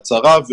הצהרה,